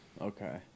okay